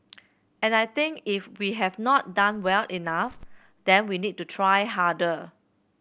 and I think if we have not done well enough then we need to try harder